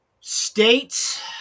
States –